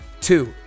two